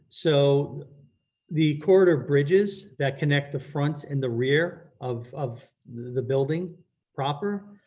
so the corridor bridges that connect the front and the rear of of the building proper,